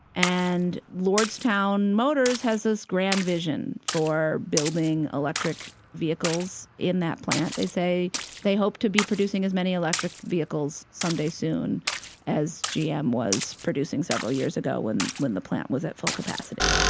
and lordstown motors has this grand vision for building electric vehicles in that plant. they say they hope to be producing as many electric vehicles someday soon as gm was producing several years ago when when the plant was at full capacity.